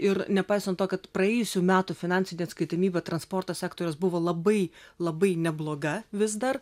ir nepaisant to kad praėjusių metų finansinė atskaitomybė transporto sektoriaus buvo labai labai nebloga vis dar